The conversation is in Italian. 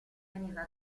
veniva